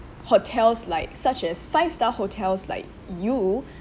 hotels like such as five star hotels like you